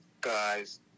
guys